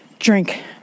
drink